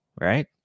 right